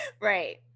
Right